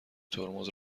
ترمز